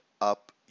up